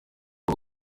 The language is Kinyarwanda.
abo